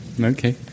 Okay